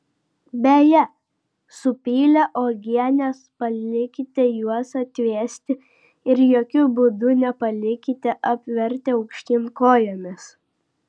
beje supylę uogienes palikite juos atvėsti ir jokiu būdu nepalikite apvertę aukštyn kojomis